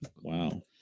wow